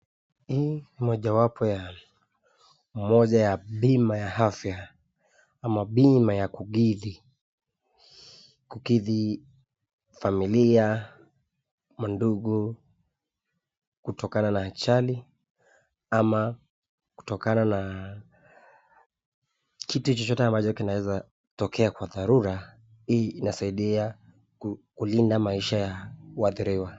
Hii ni mojawapo ya moja ya bima ya afya, ama bima ya kukidhi familia, mandugu, kutokana na ajali ama kutokana na kitu chochote ambacho kinaweza tokea kwa dharura. Hii inasaidia kulinda maisha ya waadhiriwa.